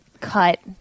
cut